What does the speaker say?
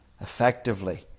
effectively